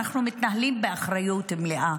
אנחנו מתנהלים באחריות מלאה,